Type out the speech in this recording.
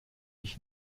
ich